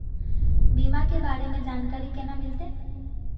बीमा के बारे में जानकारी केना मिलते?